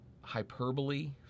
hyperbole